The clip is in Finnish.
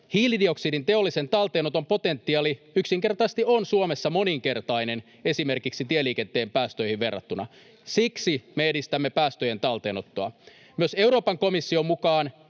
Hiilidioksidin teollisen talteenoton potentiaali yksinkertaisesti on Suomessa moninkertainen esimerkiksi tieliikenteen päästöihin verrattuna. Siksi me edistämme päästöjen talteenottoa. Myös Euroopan komission mukaan